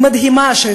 המדהימה,